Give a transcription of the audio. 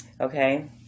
Okay